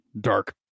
dark